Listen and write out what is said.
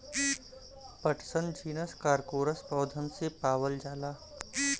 पटसन genus Corchorus पौधन से पावल जाला